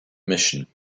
mission